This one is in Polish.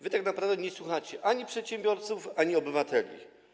Wy tak naprawdę nie słuchacie ani przedsiębiorców, ani obywateli.